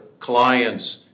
clients